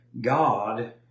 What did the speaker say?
God